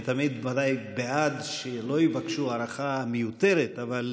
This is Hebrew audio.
אני ודאי תמיד בעד שלא יבקשו הארכה מיותרת, אבל